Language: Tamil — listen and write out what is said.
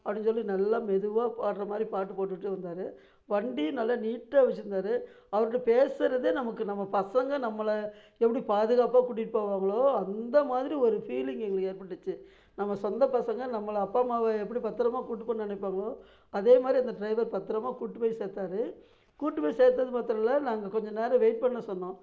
அப்படின்னு சொல்லி நல்லா மெதுவாக பாடுற மாதிரி பாட்டு போட்டுகிட்டே வந்தார் வண்டியும் நல்லா நீட்டாக வச்சிருந்தார் அவர்கிட்ட பேசுகிறதே நமக்கு நம்ம பசங்க நம்மளை எப்படி பாதுகாப்பாக கூட்டிகிட்டு போவாங்களோ அந்தமாதிரி ஒரு ஃபீலிங்கு எங்களுக்கு ஏற்பட்டுச்சு நம்ம சொந்த பசங்க நம்மளை அப்பா அம்மாவை எப்படி பத்தரமாக கூட்டு போகணுன்னு நினைப்பாங்களோ அதேமாதிரி அந்த ட்ரைவர் பத்தரமாக கூட்டு போய் சேர்த்தாரு கூட்டு போய் சேர்த்தது மாத்திரம் இல்லை நாங்கள் கொஞ்ச நேரம் வெயிட் பண்ண சொன்னோம்